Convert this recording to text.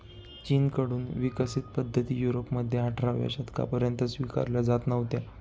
चीन कडून विकसित पद्धती युरोपमध्ये अठराव्या शतकापर्यंत स्वीकारल्या जात नव्हत्या